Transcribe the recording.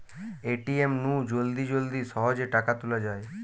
ATM নু জলদি জলদি সহজে টাকা তুলা যায়